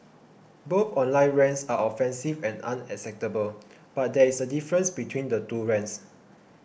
both online rants are offensive and unacceptable but there is a difference between the two rants